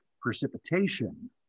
precipitation